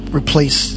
replace